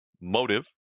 motive